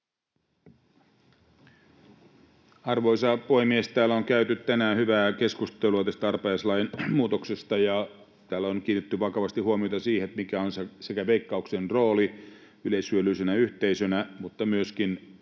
Arvoisa puhemies! Täällä on käyty tänään hyvää keskustelua tästä arpajaislain muutoksesta, ja täällä on kiinnitetty vakavasti huomiota siihen, mikä on Veikkauksen rooli sekä yleishyödyllisenä yhteisönä mutta myöskin